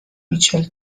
ریچل